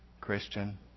Christian